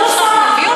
הדמיון מביא אותך?